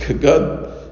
God